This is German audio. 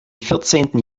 vierzehnten